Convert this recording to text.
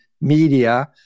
media